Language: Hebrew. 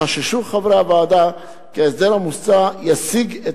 חששו חברי הוועדה כי ההסדר המוצע יסיג את